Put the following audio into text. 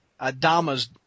Adama's